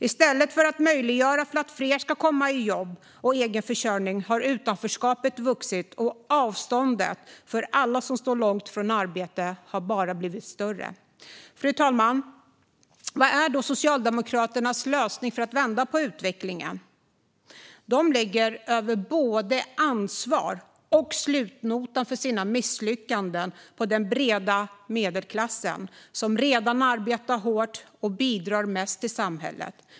I stället för att möjliggöra för fler att komma i jobb och egenförsörjning har man låtit utanförskapet växa, och avståndet för alla som står långt ifrån arbete har bara blivit större. Fru talman! Vad är då Socialdemokraternas lösning för att vända på utvecklingen? Jo, de lägger över både ansvaret och slutnotan för sina misslyckanden på den breda medelklassen, som redan arbetar hårt och bidrar mest till samhället.